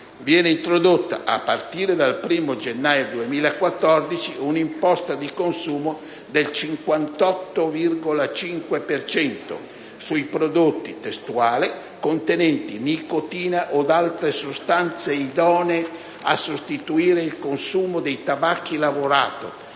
viene introdotta, a partire dal 1° gennaio 2014, un'imposta di consumo del 58,5 per cento sui prodotti «contenenti nicotina o altre sostanze idonee a sostituire il consumo dei tabacchi lavorati